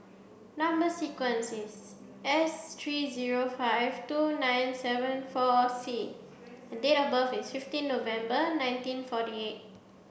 number sequence is S three zero five two nine seven four C and date of birth is fifteen November nineteen forty eight